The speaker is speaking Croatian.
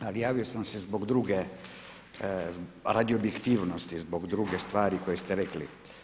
Ali javio sam se zbog druge, radi objektivnosti, zbog druge stvari koju ste rekli.